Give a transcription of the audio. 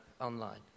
online